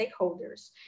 stakeholders